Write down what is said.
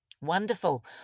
Wonderful